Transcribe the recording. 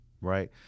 right